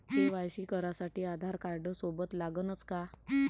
KYC करासाठी आधारकार्ड सोबत लागनच का?